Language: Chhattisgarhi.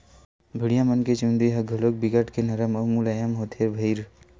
भेड़िया मन के चूदी ह घलोक बिकट के नरम अउ मुलायम होथे भईर